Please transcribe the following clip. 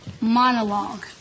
monologue